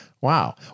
Wow